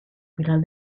final